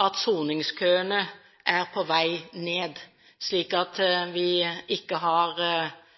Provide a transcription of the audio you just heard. at soningskøene er på vei ned, slik at vi ikke har